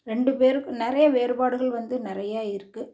ரெண்டு பேருக்கும் நிறைய வேறுபாடுகள் வந்து நிறையா இருக்குது